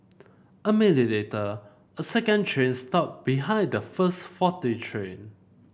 a minute later a second train stopped behind the first faulty train